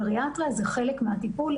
בריאטריה היא חלק מהטיפול,